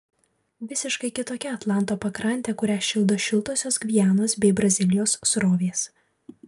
visiškai kitokia atlanto pakrantė kurią šildo šiltosios gvianos bei brazilijos srovės